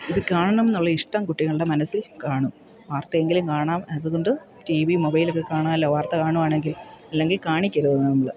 ഇത് കാണണമെന്നുള്ള ഇഷ്ടം കുട്ടികളുടെ മനസ്സിൽ കാണും വാർത്ത എങ്കിലും കാണാം അതു കൊണ്ട് ടി വി മൊബൈലൊക്കെ കാണാമല്ലോ വാർത്ത കാണുകയാണെങ്കിൽ അല്ലെങ്കിൽ കാണിക്കരുത് നമ്മൾ